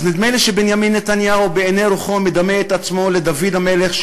אז נדמה לי שבנימין נתניהו בעיני רוחו מדמה את עצמו לדוד המלך,